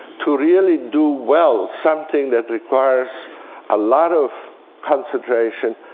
to really do well something that requires a lot of concentration,